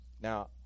Now